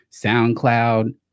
SoundCloud